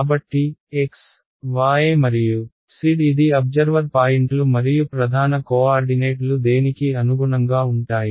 కాబట్టి x y మరియు z ఇది అబ్జర్వర్ పాయింట్లు మరియు ప్రధాన కోఆర్డినేట్లు దేనికి అనుగుణంగా ఉంటాయి